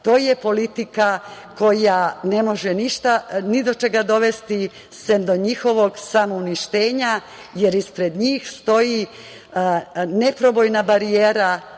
To je politika koja ne može ni do čega dovesti, sem do njihovog samouništenja, jer ispred njih stoji neprobojna barijera,